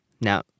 Now